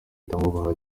ndamwubaha